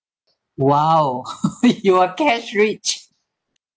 !wow! you are cash rich